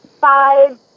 five